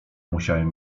musiałem